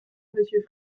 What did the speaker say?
monsieur